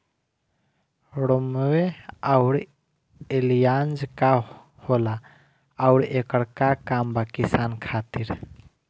रोम्वे आउर एलियान्ज का होला आउरएकर का काम बा किसान खातिर?